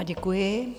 Děkuji.